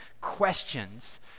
questions